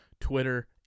Twitter